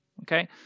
Okay